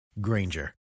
Granger